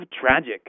tragic